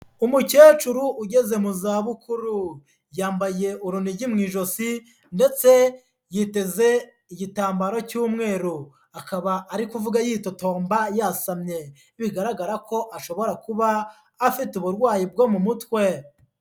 Umukecuru ugeze mu zabukuru, yambaye urunigi mu ijosi ndetse yiteze igitambaro cy'umweru. Akaba ari kuvuga yitotomba yasamye, bigaragara ko ashobora kuba afite uburwayi bwo mu mutwe.